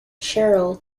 cheryl